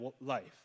life